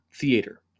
theater